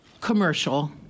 commercial